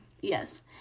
Yes